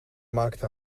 maakte